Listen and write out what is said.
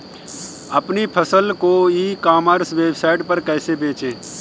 अपनी फसल को ई कॉमर्स वेबसाइट पर कैसे बेचें?